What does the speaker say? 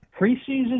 preseason